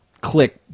click